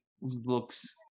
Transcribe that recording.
looks